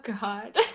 God